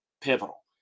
pivotal